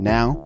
Now